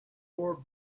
poor